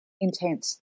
intense